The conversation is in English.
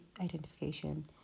identification